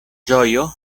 ĝojo